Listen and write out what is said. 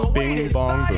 bing-bong